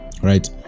right